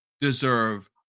deserve